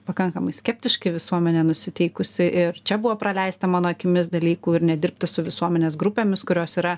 pakankamai skeptiškai visuomenė nusiteikusi ir čia buvo praleista mano akimis dalykų ir nedirbta su visuomenės grupėmis kurios yra